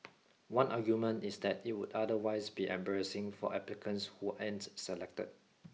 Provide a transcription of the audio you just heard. one argument is that it would otherwise be embarrassing for applicants who aren't selected